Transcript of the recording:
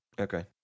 Okay